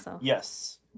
Yes